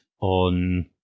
on